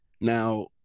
Now